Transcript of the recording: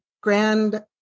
Grand